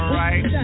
right